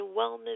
wellness